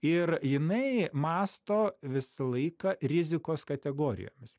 ir jinai mąsto visą laiką rizikos kategorijomis